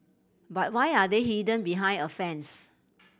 but why are they hidden behind a fence